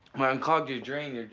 i unclogged your drain.